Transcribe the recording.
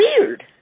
weird